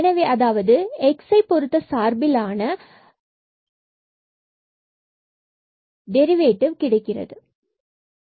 எனவே அதாவது x பொருத்த சார்பிற்கான டெரிவேடிவ் ஆகும்